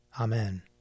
Amen